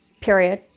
Period